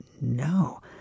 no